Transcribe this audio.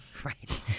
Right